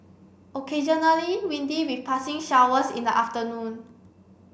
occasionally windy with passing showers in the afternoon